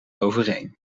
overeen